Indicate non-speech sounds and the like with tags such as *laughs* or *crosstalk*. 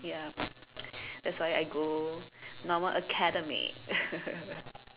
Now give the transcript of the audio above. ya that's why I go normal academic *laughs*